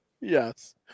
Yes